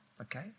okay